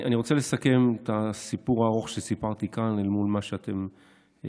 אני רוצה לסכם את הסיפור הארוך שסיפרתי כאן אל מול מה שאתם פניתם.